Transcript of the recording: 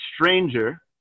stranger